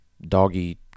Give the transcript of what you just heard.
doggy